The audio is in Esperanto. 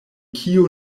kiu